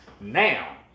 Now